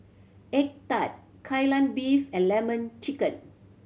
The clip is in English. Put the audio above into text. egg tart Kai Lan Beef and Lemon Chicken